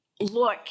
look